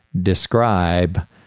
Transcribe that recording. describe